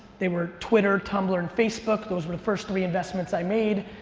they were twitter, tumblr, and facebook, those were the first three investments i made.